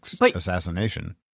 assassination